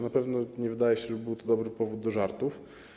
Na pewno nie wydaje się, żeby był to dobry powód do żartów.